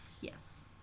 Yes